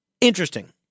Interesting